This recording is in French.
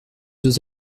deux